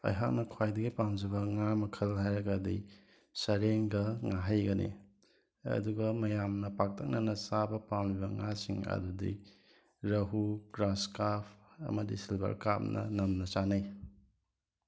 ꯑꯩꯍꯥꯛꯅ ꯈ꯭ꯋꯥꯏꯗꯒꯤ ꯄꯥꯝꯖꯕ ꯉꯥ ꯃꯈꯜ ꯍꯥꯏꯔꯒꯗꯤ ꯁꯥꯔꯦꯡꯒ ꯉꯥꯍꯩꯒꯅꯤ ꯑꯗꯨꯒ ꯃꯌꯥꯝꯅ ꯄꯥꯛꯇꯛꯅꯅ ꯆꯥꯕ ꯄꯥꯝꯃꯤꯕ ꯉꯥꯁꯤꯡ ꯑꯗꯨꯗꯤ ꯔꯥꯍꯨ ꯒ꯭ꯔꯥꯁꯀꯥꯐ ꯑꯃꯗꯤ ꯁꯤꯜꯀꯥꯞꯅ ꯅꯝꯅ ꯆꯥꯅꯩ